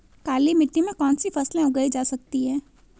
काली मिट्टी में कौनसी फसलें उगाई जा सकती हैं?